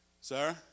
sir